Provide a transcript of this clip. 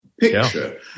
picture